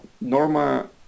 Norma